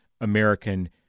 American